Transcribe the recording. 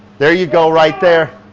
there you go right there.